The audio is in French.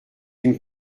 une